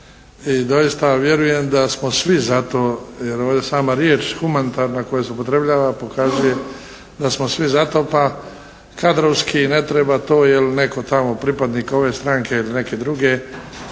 I doista vjerujem da smo svi za to jer ovdje sama riječ humanitarna koja se upotrebljava pokazuje da smo svi za to, pa kadrovski ne treba to je li netko tamo pripadnik ove stranke ili neke druge,